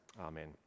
Amen